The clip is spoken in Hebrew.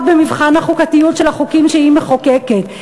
במבחן החוקתיות של החוקים שהיא מחוקקת,